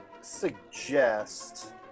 suggest